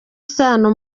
isano